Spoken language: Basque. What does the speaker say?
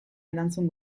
erantzun